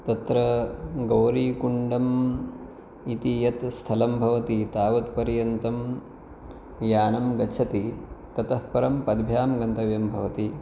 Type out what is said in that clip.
तत्र गौरीकुण्डम् इति यत् स्थलं भवति तावत् पर्यन्तं यानं गच्छति ततः परं पद्भ्यां गन्तव्यं भवति